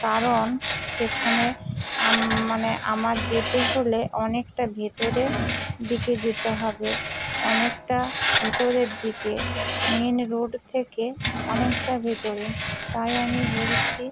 কারণ সেখানে মানে আমার যেতে হলে অনেকটা ভেতরের দিকে যেতে হবে অনেকটা ভেতরের দিকে মেন রোড থেকে অনেকটা ভেতরে তাই আমি বলছি